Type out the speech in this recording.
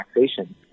taxation